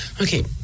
Okay